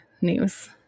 news